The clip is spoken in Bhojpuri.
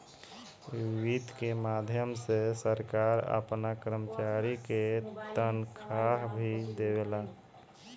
वित्त के माध्यम से सरकार आपना कर्मचारी के तनखाह भी देवेला